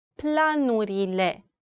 planurile